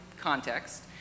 context